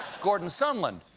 gordon sondland.